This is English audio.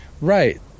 right